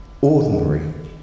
ordinary